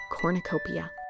cornucopia